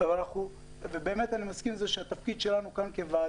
אני מדברת כרגע על השוק של אשראי חוץ-בנקאי וכמובן